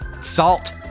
Salt